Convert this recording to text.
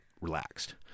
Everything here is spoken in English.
relaxed